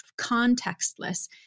contextless